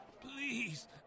Please